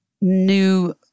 new